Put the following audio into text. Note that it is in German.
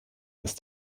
ist